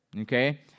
okay